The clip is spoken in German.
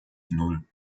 nan